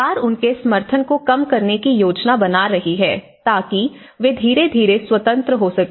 सरकार उनके समर्थन को कम करने की योजना बना रही है ताकि वे धीरे धीरे स्वतंत्र हो सकें